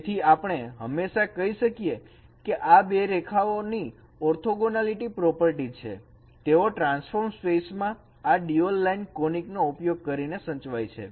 તેથી આપણે હંમેશા કહી શકીએ કે આ બે રેખાઓ ની ઓર્થોગોનાલીટી પ્રોપર્ટી છે તેઓ ટ્રાન્સફોર્મ સ્પેસમાં આ ડ્યુઅલ લાઈન કોનીક નો ઉપયોગ કરીને સચવાય છે